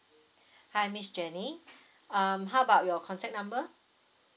hi miss J E N N Y um how about your contact number